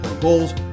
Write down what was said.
goals